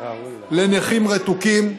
לנכים רתוקים.